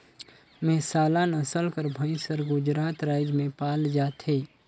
मेहसाला नसल कर भंइस हर गुजरात राएज में पाल जाथे